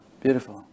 Beautiful